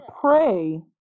pray